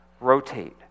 rotate